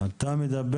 אני רוצה לתת